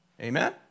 Amen